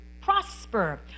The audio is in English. prosper